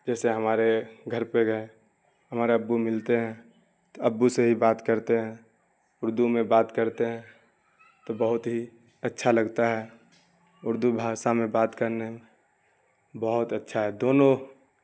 جیسے ہمارے گھر پہ گئے ہمارے ابو ملتے ہیں تو ابو سے بھی بات کرتے ہیں اردو میں بات کرتے ہیں تو بہت ہی اچھا لگتا ہے اردو بھاسا میں بات کرنے میں بہت اچھا ہے دونوں